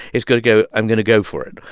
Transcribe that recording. it's going to go, i'm going to go for it.